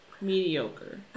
mediocre